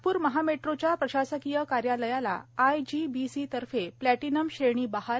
नागप्र महामेट्रोच्या प्रशासकीय कार्यालयाला आयजीबीसीतर्फे प्लॅटिनम श्रेणी बहाल